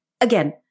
again